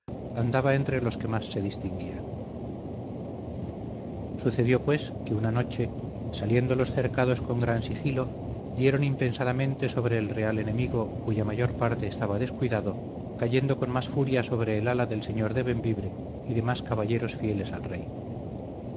andaba entre los que más se distinguían sucedió pues que una noche saliendo los cercados con gran sigilo dieron impensadamente sobre el real enemigo cuya mayor parte estaba descuidado cayendo con más furia sobre el ala del señor de bembibre y demás caballeros fieles al rey